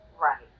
right